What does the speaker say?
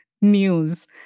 news